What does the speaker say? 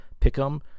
Pick'em